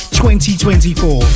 2024